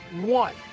One